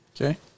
Okay